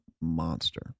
monster